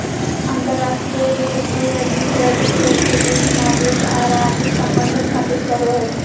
अंतर्राष्ट्रीय वित्त दू या दू से अधिक देश के बीच मौद्रिक आर आर्थिक सम्बंध स्थापित करो हय